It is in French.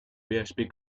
php